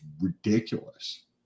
ridiculous